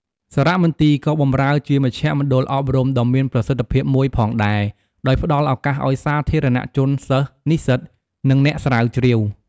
សារមន្ទីរក៏បម្រើជាមជ្ឈមណ្ឌលអប់រំដ៏មានប្រសិទ្ធភាពមួយផងដែរ ដោយផ្តល់ឱកាសឲ្យសាធារណជន សិស្ស និស្សិត និងអ្នកស្រាវជ្រាវ។